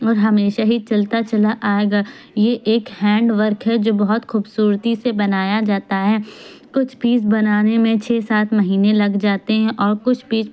اور ہمیشہ ہی چلتا چلا آئے گا یہ ایک ہینڈ ورک ہے جو بہت خوبصورتی سے بنایا جاتا ہے کچھ پیس بنانے میں چھ سات مہیںے لگ جاتے ہیں اور کچھ پیس